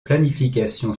planification